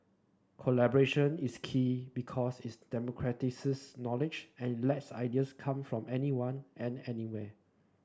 collaboration is key because is democratises knowledge and lets ideas come from anyone and anywhere